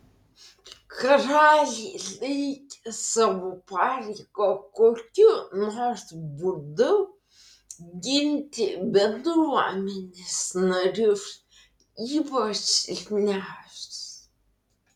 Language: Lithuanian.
karaliai laikė savo pareiga kokiu nors būdu ginti bendruomenės narius ypač silpniausius